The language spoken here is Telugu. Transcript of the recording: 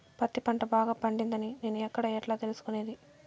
పత్తి పంట బాగా పండిందని నేను ఎక్కడ, ఎట్లా తెలుసుకునేది?